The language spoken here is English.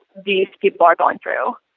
these people are going through.